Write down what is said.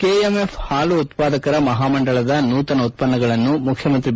KMF ಹಾಲು ಉತ್ಪಾದಕರ ಮಹಾಮಂಡಳದ ನೂತನ ಉತ್ಪನ್ನಗಳನ್ನು ಮುಖ್ಯಮಂತ್ರಿ ಬಿ